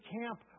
camp